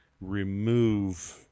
remove